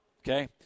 Okay